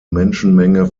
menschenmenge